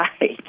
right